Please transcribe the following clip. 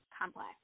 Complex